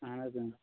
اَہَن حظ